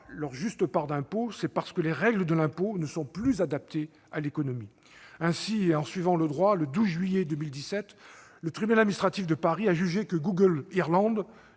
leur juste part d'impôt, c'est parce que les règles de l'impôt ne sont plus adaptées à l'économie. Ainsi, et en suivant le droit, le 12 juillet 2017 le tribunal administratif de Paris a jugé que Google Irlande